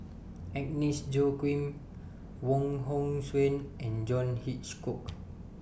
Agnes Joaquim Wong Hong Suen and John Hitchcock